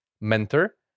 mentor